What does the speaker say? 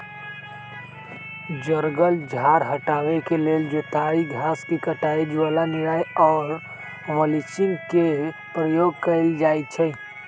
जङगल झार हटाबे के लेल जोताई, घास के कटाई, ज्वाला निराई आऽ मल्चिंग के प्रयोग कएल जाइ छइ